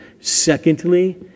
Secondly